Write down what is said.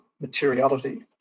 materiality